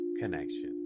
connection